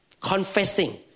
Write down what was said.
confessing